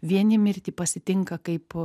vieni mirtį pasitinka kaip